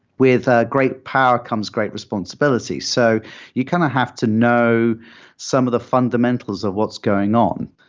with ah great power comes great responsibility. so you kind of have to know some of the fundamentals of what's going on.